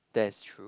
that is true